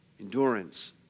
Endurance